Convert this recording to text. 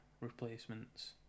replacements